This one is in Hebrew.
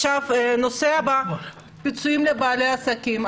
הנושא הבא: פיצויים לבעלי עסקים.